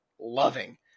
loving